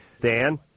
Dan